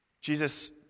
Jesus